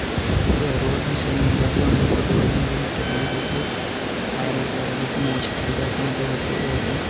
वे road भी सही नहीं रहती हैं हम लोग को दौड़ने पर भी तकलीफ़ होती है और पैर वगैरह में तो मोच आ ही जाती हैं दौड़ते दौड़ते